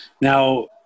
now